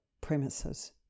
premises